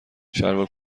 شلوار